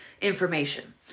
information